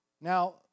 Now